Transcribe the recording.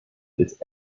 its